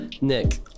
Nick